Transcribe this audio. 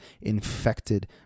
infected